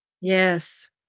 Yes